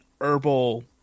herbal